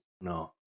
no